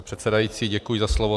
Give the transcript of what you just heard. Pane předsedající, děkuji za slovo.